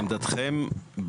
לעמדתכם,